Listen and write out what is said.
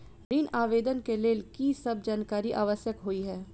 ऋण आवेदन केँ लेल की सब जानकारी आवश्यक होइ है?